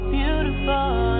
beautiful